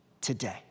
today